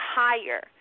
higher